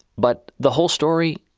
but the whole story,